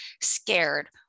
scared